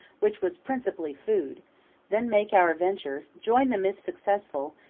which was principally food then make our venture, join them if successful,